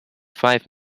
five